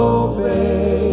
obey